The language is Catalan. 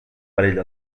perill